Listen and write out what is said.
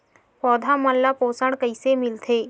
पौधा मन ला पोषण कइसे मिलथे?